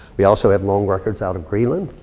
we also have long records out of greenland.